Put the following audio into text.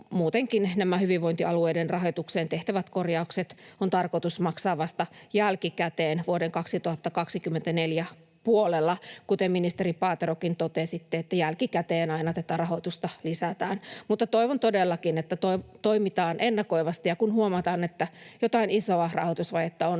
muutenkin nämä hyvinvointialueiden rahoitukseen tehtävät korjaukset on tarkoitus maksaa vasta jälkikäteen, vuoden 2024 puolella. Ministeri Paaterokin, totesitte, että jälkikäteen aina tätä rahoitusta lisätään, mutta toivon todellakin, että toimitaan ennakoivasti ja kun huomataan, että jotain isoa rahoitusvajetta on,